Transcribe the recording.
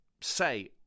say